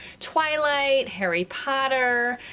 twilight, harry potter,